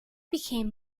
became